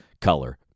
color